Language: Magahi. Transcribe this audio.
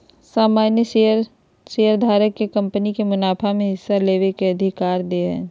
सामान्य शेयर शेयरधारक के कंपनी के मुनाफा में हिस्सा लेबे के अधिकार दे हय